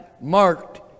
marked